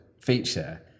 feature